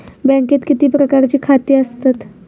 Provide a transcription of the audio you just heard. बँकेत किती प्रकारची खाती असतत?